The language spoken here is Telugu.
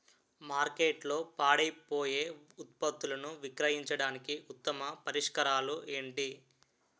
మార్కెట్లో పాడైపోయే ఉత్పత్తులను విక్రయించడానికి ఉత్తమ పరిష్కారాలు ఏంటి?